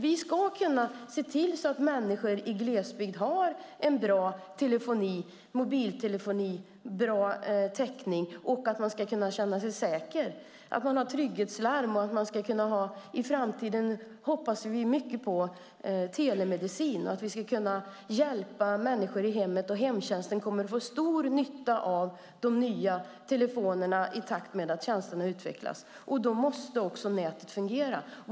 Vi ska kunna se till att människor i glesbygd har bra telefoni, bra mobiltelefoni och bra täckning. Man ska kunna känna sig säker. Det handlar om att man har trygghetslarm. Och i framtiden hoppas vi mycket på telemedicin och att vi ska kunna hjälpa människor i hemmet. Hemtjänsten kommer att få stor nytta av de nya telefonerna i takt med att tjänsterna utvecklas. Då måste också nätet fungera.